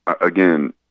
again